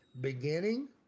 beginning